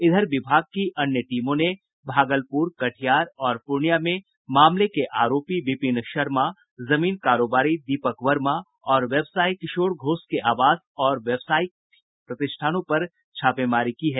इधर विभाग की अन्य टीमों ने भागलपुर कटिहार और पूर्णिया में मामले के आरोपी विपिन शर्मा जमीन कारोबारी दीपक वर्मा और व्यवसायी किशोर घोष के आवास और व्यवसायिक प्रतिष्ठानों पर भी छापेमारी की है